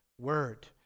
word